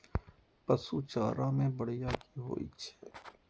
पशु चारा मैं बढ़िया की होय छै?